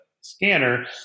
scanner